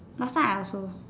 last time I also